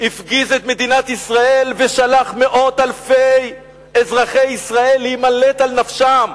הפגיז את מדינת ישראל ושלח מאות אלפי אזרחי ישראל להימלט על נפשם,